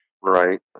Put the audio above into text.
right